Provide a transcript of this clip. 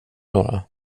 några